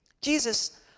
Jesus